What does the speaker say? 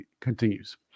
continues